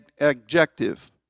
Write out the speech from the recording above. adjective